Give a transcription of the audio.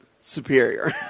superior